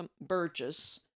Burgess